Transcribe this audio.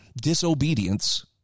disobedience